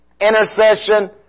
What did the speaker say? intercession